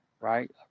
right